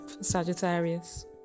Sagittarius